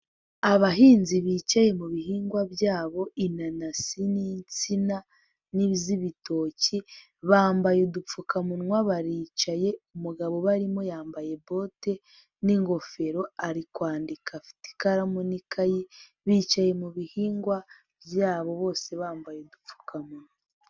Abahinzi bicaye mu bihingwa byabo inanasi n'insina n'iz'ibitoki, bambaye udupfukamunwa, baricaye, umugabo barimo yambaye bote n'ingofero, ari kwandika afite ikaramu n'ikayi, bicaye mu bihingwa byabo bose bambaye udupfukamunwa.